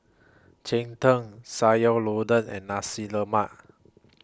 Cheng Tng Sayur Lodeh and Nasi Lemak